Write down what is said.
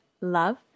love